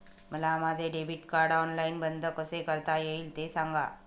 मला माझे debit card online बंद कसे करता येईल, ते सांगा